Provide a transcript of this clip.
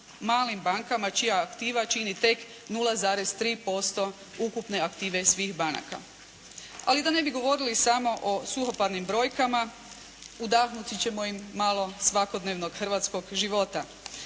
malim bankama čija aktiva čini tek 0,3% ukupne aktive svih banaka. Ali da ne bi govorili samo o suhoparnim brojkama udahnut ćemo im malo svakodnevnog hrvatskog života.